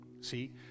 See